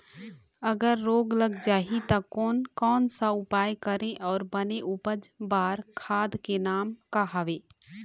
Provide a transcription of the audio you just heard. अगर रोग लग जाही ता कोन कौन सा उपाय करें अउ बने उपज बार खाद के नाम का हवे?